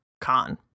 con